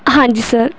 ਹਾਂਜੀ ਸਰ